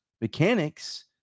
mechanics